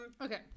Okay